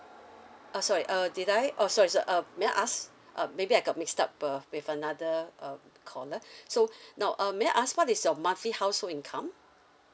uh sorry uh did I oh sorry sor~ uh may I ask uh maybe I got mixed up uh with another uh caller so now uh may I ask what is your monthly household income